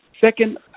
Second